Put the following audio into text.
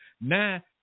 now